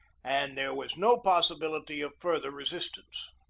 and there was no pos sibility of further resistance.